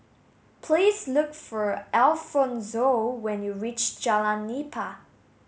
please look for Alfonzo when you reach Jalan Nipah